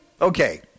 Okay